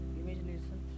imagination